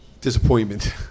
disappointment